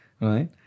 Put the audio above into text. right